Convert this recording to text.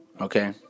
Okay